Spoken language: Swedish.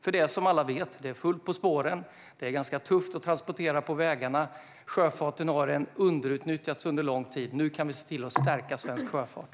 Det är som alla vet; det är fullt på spåren, det är tufft att transportera på vägarna och sjöfarten har varit underutnyttjad under lång tid. Nu kan vi se till att stärka svensk sjöfart.